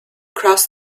across